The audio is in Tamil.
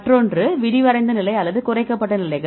மற்றொன்று விரிவடைந்த நிலை அல்லது குறைக்கப்பட்ட நிலைகள்